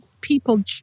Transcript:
people